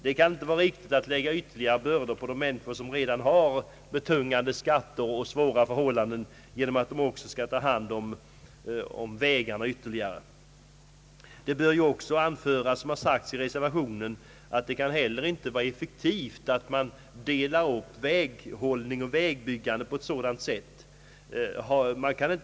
Det kan inte vara riktigt att lägga ytterligare bördor på människor som redan har betungande skatter och som lever under svåra förhållanden genom att kräva att på dem också skall läggas utgifter för vägarna. I reservationen har framhållits att det inte kan vara effektivt att dela upp väghållningen och vägbyggandet på det sätt som utskottet tänker sig.